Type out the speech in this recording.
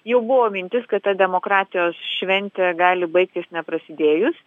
jau buvo mintis kad ta demokratijos šventė gali baigtis neprasidėjus